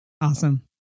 Awesome